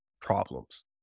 problems